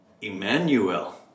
Emmanuel